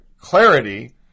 clarity